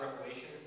revelation